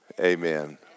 Amen